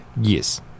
Yes